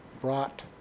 brought